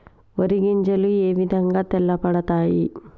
వరి గింజలు ఏ విధంగా తెల్ల పడతాయి?